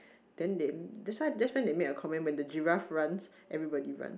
then they that's why that's why they make a commitment the giraffe runs everybody runs